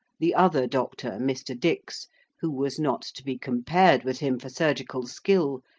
the other doctor, mr. dix, who was not to be compared with him for surgical skill,